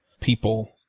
people